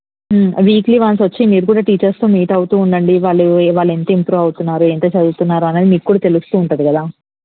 weekly once వచ్చి మీరు కూడా టీచర్స్తో మీట్ అవుతూ ఉండండి వాళ్ళు వాళ్ళు ఎంత ఇంప్రూవ్ అవుతున్నారో ఎంత చదువుతున్నారో అనేది మీక్కూడా తెలుస్తూ ఉంటుంది కదా